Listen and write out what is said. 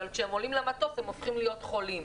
אבל כשהם עולים למטוס הם הופכים להיות חולים.